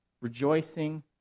rejoicing